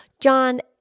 John